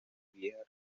vieja